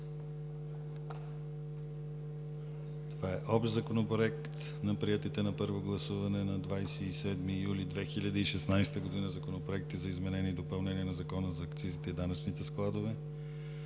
относно Общ законопроект на приетите на първо гласуване на 27 юли 2016 г. законопроекти за изменение и допълнение на Закона за акцизите и данъчните складове,